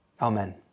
Amen